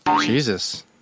Jesus